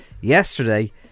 yesterday